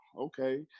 okay